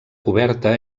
coberta